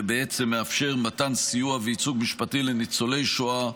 ובעצם מאפשר מתן סיוע וייצוג משפטי לניצולי שואה,